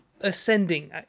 ascending